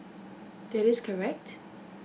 that is correct